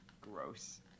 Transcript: gross